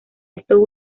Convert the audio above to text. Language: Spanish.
esto